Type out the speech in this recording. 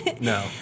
No